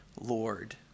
Lord